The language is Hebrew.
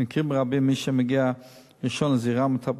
במקרים רבים מי שמגיע ראשון לזירה ומטפל